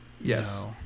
Yes